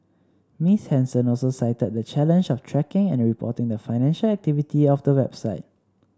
Miss Henson also cited the challenge of tracking and reporting the financial activity of the website